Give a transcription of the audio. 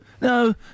No